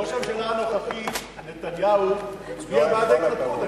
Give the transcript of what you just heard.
ראש הממשלה הנוכחי נתניהו הצביע בעד ההתנתקות.